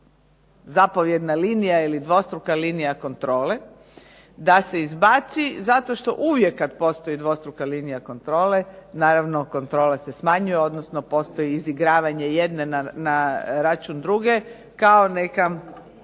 zapovjedna linija ili dvostruka linija kontrole, da se izbaci zato što uvijek kad postoji dvostruka linija kontrole naravno kontrola se smanjuje, odnosno postoji izigravanje jedne na račun druge kao neka